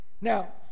Now